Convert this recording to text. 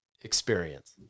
experience